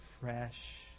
fresh